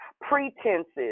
pretenses